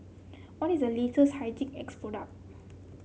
what is the latest Hygin X product